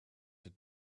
had